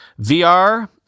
VR